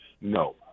No